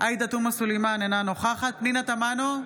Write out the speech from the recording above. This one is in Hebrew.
עאידה תומא סלימאן, אינה נוכחת פנינה תמנו,